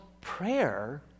prayer